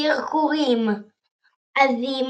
קרקורים עזים